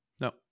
No